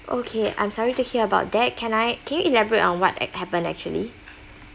okay I'm sorry to hear about that can I can you elaborate on what happened actually